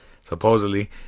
supposedly